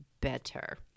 better